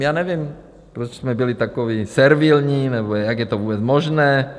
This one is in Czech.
Já nevím, proč jsme byli takoví servilní, nebo jak je to vůbec možné?